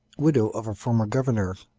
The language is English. widow of a former governor